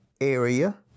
area